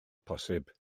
posib